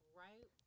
right